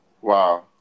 wow